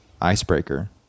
icebreaker